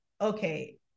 Okay